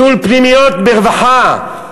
ביטול פנימיות ברווחה,